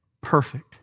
Perfect